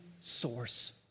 source